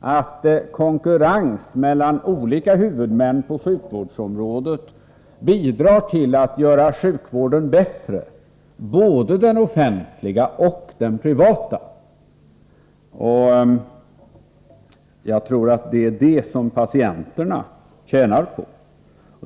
att konkurrens mellan olika huvudmän på sjukvårdsområdet bidrar till att göra sjukvården — både den offentliga och den privata — bättre. Jag tror att patienterna tjänar på detta.